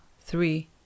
three